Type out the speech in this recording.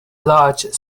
large